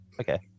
okay